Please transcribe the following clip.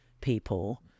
people